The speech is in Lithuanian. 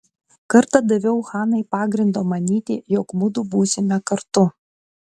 kartą daviau hanai pagrindo manyti jog mudu būsime kartu